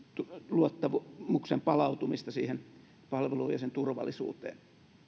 luottamuksen palautumista siihen palveluun ja sen turvallisuuteen